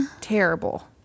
terrible